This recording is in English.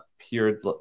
appeared